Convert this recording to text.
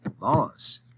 Boss